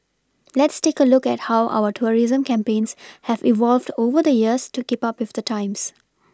let's take a look at how our tourism campaigns have evolved over the years to keep up with the times